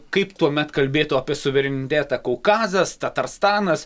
kaip tuomet kalbėtų apie suverenitetą kaukazas tatarstanas